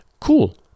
cool